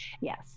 Yes